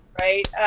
right